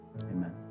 Amen